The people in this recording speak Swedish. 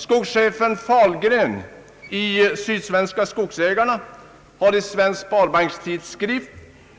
Skogschefen Fahlgren hos de sydsvenska skogsägarna har i Svensk sparbankstidskrift